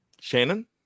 Shannon